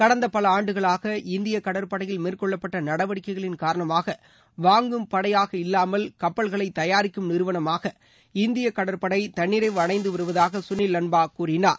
கடந்த பல ஆண்டுகளாக இந்தியக் கடற்படையில் மேற்கொள்ளப்பட்ட நடவடிக்கைகளின் காரணமாக வாங்கும் படையாக இல்லாமல் கப்பல்களை தயாரிக்கும் நிறுவனமாக இந்தியக் கடற்படை தன்னிறைவு அடைந்து வருவதாக சுனில் லம்பா கூறினார்